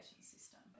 system